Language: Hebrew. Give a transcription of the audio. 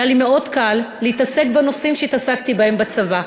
היה לי מאוד קל להתעסק בנושאים שהתעסקתי בהם בצבא,